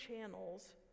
channels